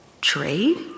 trade